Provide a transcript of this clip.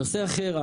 נושא אחר,